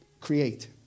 create